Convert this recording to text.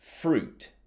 fruit